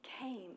came